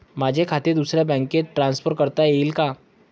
माझे खाते दुसऱ्या बँकेत ट्रान्सफर करता येईल का?